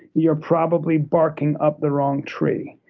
you're probably barking up the wrong tree.